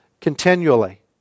continually